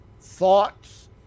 thoughts